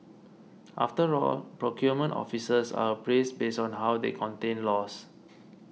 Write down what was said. after all procurement officers are appraised based on how they contain loss